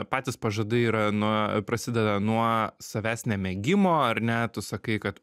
patys pažadai yra nuo prasideda nuo savęs nemėgimo ar ne tu sakai kad